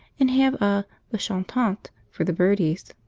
and have a the chantant for the birdies.